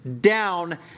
down